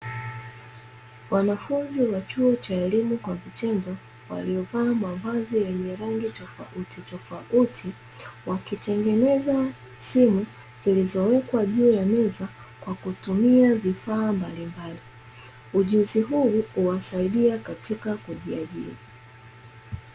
Wanafunzi wa chuo cha elimu kwa vitendo waliyovaa, mavazi yenye rangi tofautitofauti wakitengeneza simu zilizowekwa juu ya meza kwa kutumia vifaa mbalimbali, ujuzi huu huwasaidia katika kujiajiri.